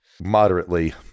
Moderately